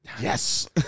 Yes